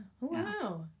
wow